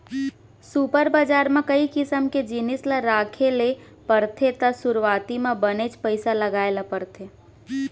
super बजार म कई किसम के जिनिस ल राखे ल परथे त सुरूवाती म बनेच पइसा लगाय ल परथे